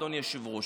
אדוני היושב-ראש,